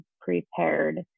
prepared